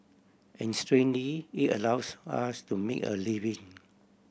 and strangely it allows us to make a living